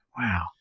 wow